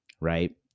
right